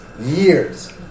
years